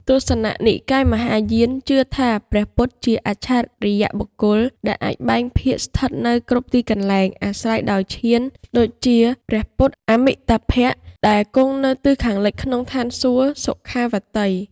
ទស្សនៈនិកាយមហាយានជឿថាព្រះពុទ្ធជា អច្ឆរិយបុគ្គល ដែលអាចបែងភាគស្ថិតនៅគ្រប់ទីកន្លែងអាស្រ័យដោយឈាន ដូចជាព្រះពុទ្ធ អមិតាភៈ ដែលគង់នៅទិសខាងលិចក្នុងឋានសួគ៌ សុខាវតី។